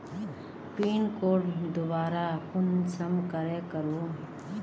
Pin code दोबारा कुंसम करे करूम?